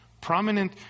prominent